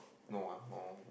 no ah oh